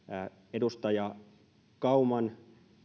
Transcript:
edustaja kauman